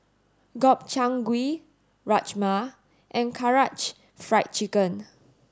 Gobchang Gui Rajma and Karaage Fried Chicken